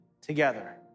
together